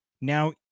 Now